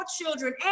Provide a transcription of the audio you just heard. children